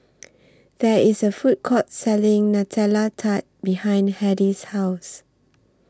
There IS A Food Court Selling Nutella Tart behind Hedy's House